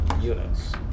units